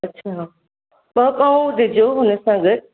अच्छा ॿ पाव ॾिजो हुन सां गॾु